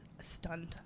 stunned